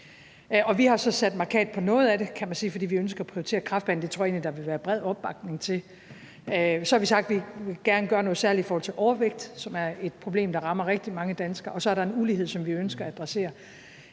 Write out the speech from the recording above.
Vi har så sat mærkat på noget af det, kan man sige, fordi vi ønsker at prioritere kræftbehandling. Det tror jeg egentlig der vil være bred opbakning til. Så har vi sagt, at vi gerne vil gøre noget særligt i forhold til overvægt, som er et problem, der rammer rigtig mange danskere. Og så er der en ulighed, som vi ønsker at adressere.